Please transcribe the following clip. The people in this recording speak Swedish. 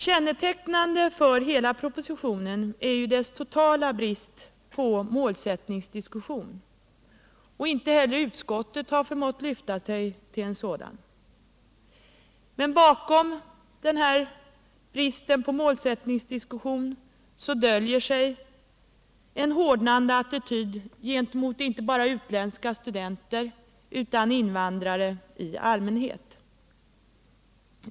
Kännetecknande för hela propositionen är dess totala brist på målsättningsdiskussion, och inte heller utskottet har förmått lyfta sig till en sådan. Bakom denna brist på målsättningsdiskussion döljer sig en hårdnande attityd inte bara gentemot utländska studenter utan också gentemot invandrare i allmänhet.